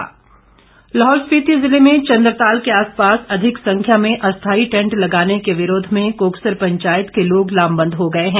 कोकसर पंचायत लाहौल स्पीति जिले में चंद्रताल के आसपास अधिक संख्या में अस्थाई टैंट लगाने के विरोध में कोकसर पंचायत के लोग लामबंद हो गए हैं